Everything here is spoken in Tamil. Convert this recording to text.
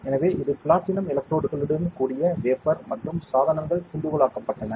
எனவே இது பிளாட்டினம் எலக்ட்ரோடுகளுடன் கூடிய வேஃபர் மற்றும் சாதனங்கள் துண்டுகளாக்கப்பட்டன